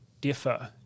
differ